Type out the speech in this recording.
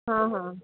हाँ हाँ